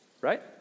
Right